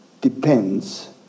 depends